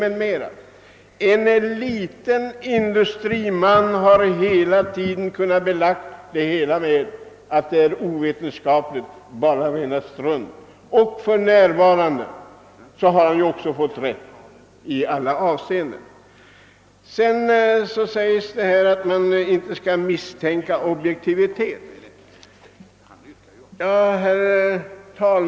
En innehavare av en mindre industri har hela tiden kunnat bevisa, att allt detta är ovetenskapligt, och han har nu också fått rätt i alla avseenden. Det sägs att vi inte bör ifrågasätta objektiviteten.